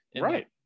right